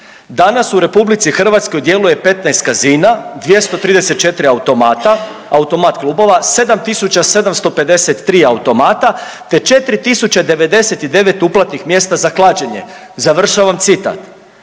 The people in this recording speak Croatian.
Danas u RH djeluje 15 kasina, 234 automata, automat klubova, 7.753 automata te 4.099 uplatnih mjesta za klađenje. Završavam citat.